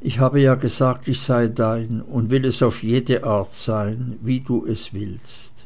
ich habe ja gesagt ich sei dein und will es auf jede art sein wie du es willst